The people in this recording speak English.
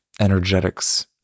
energetics